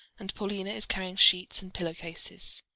and paulina is carrying sheets and pillow cases.